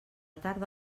tarda